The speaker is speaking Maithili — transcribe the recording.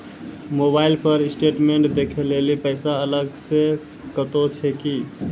मोबाइल पर स्टेटमेंट देखे लेली पैसा अलग से कतो छै की?